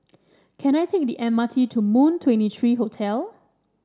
can I take the M R T to Moon Twenty three Hotel